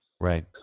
Right